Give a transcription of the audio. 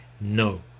no